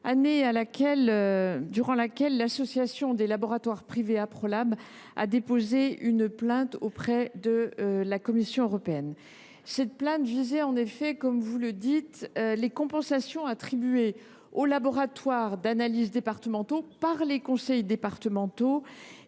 année durant laquelle l’association des laboratoires privés Aprolab a déposé une plainte auprès de la Commission européenne. Cette plainte ciblait, vous l’avez dit, les compensations attribuées aux laboratoires départementaux d’analyses par les conseils départementaux